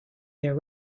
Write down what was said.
their